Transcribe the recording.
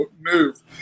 move